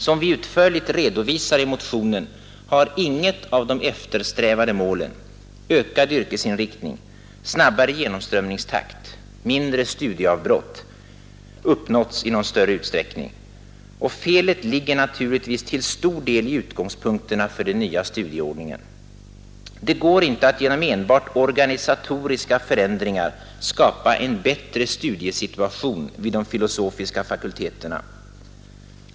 Som vi utförligt redovisar i motionen har inget av de eftersträvade målen — ökad yrkesinriktning, snabbare genomströmningstakt, mindre studieavbrott — uppnåtts i någon större utsträckning. Och felet ligger naturligtvis till stor del i utgångspunkterna för den nya studieordningen. Det går inte att genom enbart organisatoriska förändringar skapa en bättre studiesituation vid de filosofiska fakulteterna.